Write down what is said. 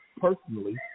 personally